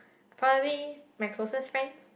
probably my closest friends